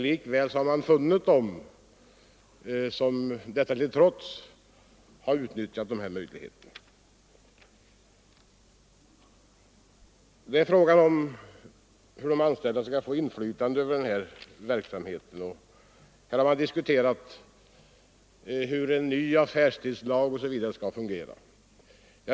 Likväl har människorna utnyttjat dessa möjligheter. Problemet är hur de affärsanställda skall få inflytande över verksamheten. Det har diskuterats hur en ny affärstidslag skall fungera.